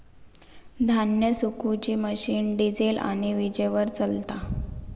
धान्य सुखवुची machine diesel आणि वीजेवर चलता